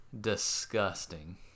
Disgusting